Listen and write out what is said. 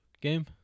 game